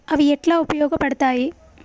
అవి ఎట్లా ఉపయోగ పడతాయి?